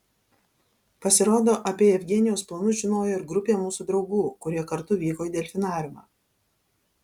pasirodo apie jevgenijaus planus žinojo ir grupė mūsų draugų kurie kartu vyko į delfinariumą